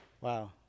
Wow